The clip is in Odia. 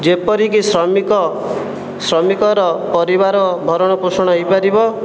ଯେପରିକି ଶ୍ରମିକ ଶ୍ରମିକର ପରିବାର ଭରଣ ପୋଷଣ ହେଇ ପାରିବ